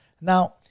now